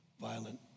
violent